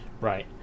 Right